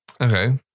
okay